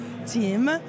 Team